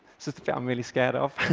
this is the bit i'm really scared of.